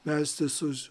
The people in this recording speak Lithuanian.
melstis už